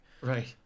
Right